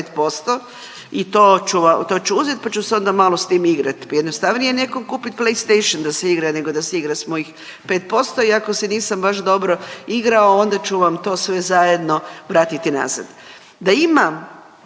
i to ću uzet, pa ću se onda malo s tim igrat. Pa jednostavnije je nekom kupit play station da se igra nego da se igra s mojih 5% i ako se nisam baš dobro igrao onda ću vam to sve zajedno vratiti nazad. Da imam